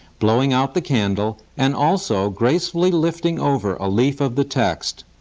blowing out the candle and also gracefully lifting over a leaf of the text.